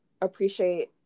appreciate